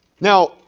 Now